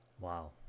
Wow